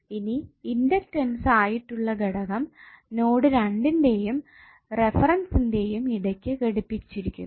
ഇനി ഇണ്ടക്ടൻസ് ആയിട്ടുള്ള ഘടകം നോഡ് 2 ന്റെയും റെഫെറെൻസിന്റെയും ഇടക്കു ഘടിപ്പിച്ചിരിക്കുന്നു